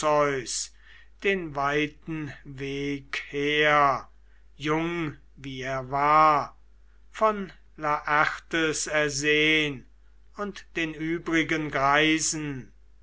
den weiten weg her jung wie er war von laertes ersehn und den übrigen greisen